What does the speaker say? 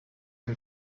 him